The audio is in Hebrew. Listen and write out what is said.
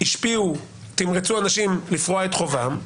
השפיעו ותמרצו אנשים לפרוע את חובם,